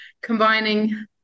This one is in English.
combining